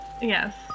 Yes